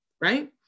right